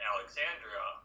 Alexandria